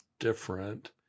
different